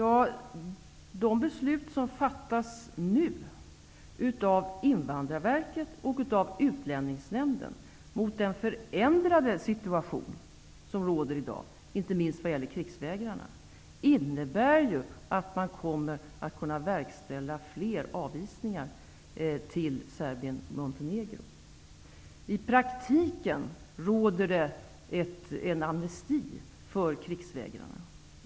De beslut som nu fattas av Invandrarverket och av Utlänningsnämnden mot bakgrund av den förändrade situation som råder i dag, inte minst när det gäller krigsvägrarna, innebär ju att man kommer att kunna verkställa fler avvisningar till Serbien-Montenegro. I praktiken råder det amnesti för krigsvägrarna.